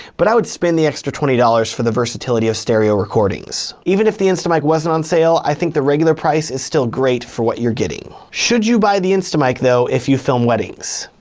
but i would spend the extra twenty dollars for the versatility of stereo recordings. even if the instamic wasn't on sale, i think the regular price is still great for what you're getting. should you buy the instamic, though, if you film weddings?